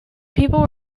people